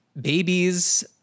Babies